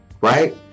Right